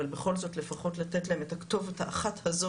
אבל בכל זאת לפחות לתת להם את הכתובת האחת הזאת